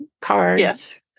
cards